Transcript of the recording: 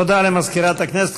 תודה למזכירת הכנסת.